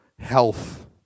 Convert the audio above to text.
Health